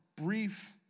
brief